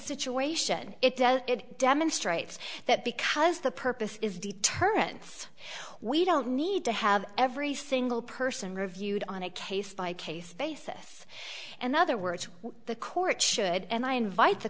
situation it does it demonstrates that because the purpose is deterrence we don't need to have every single person reviewed on a case by case basis and other words the court should and i invite the